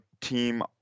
team